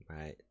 right